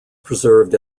preserved